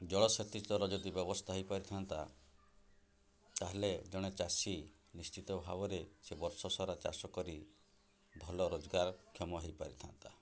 ଜଳସେଚିତର ଯଦି ବ୍ୟବସ୍ଥା ହେଇପାରିଥାନ୍ତା ତା'ହେଲେ ଜଣେ ଚାଷୀ ନିଶ୍ଚିତ ଭାବରେ ସେ ବର୍ଷସାରା ଚାଷ କରି ଭଲ ରୋଜଗାରକ୍ଷମ ହେଇପାରିଥାନ୍ତା